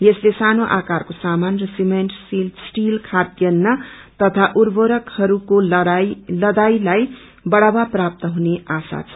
यसले सानो आकारको सामान र सीमेन्ट स्टीले खाध्यन्न तथा उर्वरकहरूको लदाईलाई बढ़ावा प्राप्त हुने आशा छ